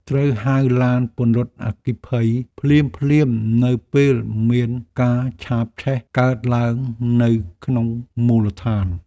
ត្រូវហៅឡានពន្លត់អគ្គិភ័យភ្លាមៗនៅពេលមានការឆាបឆេះកើតឡើងនៅក្នុងមូលដ្ឋាន។